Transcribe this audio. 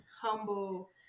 humble